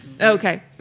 Okay